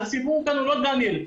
אז הסיפור כאן הוא לא דניאל,